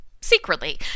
secretly